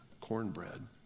cornbread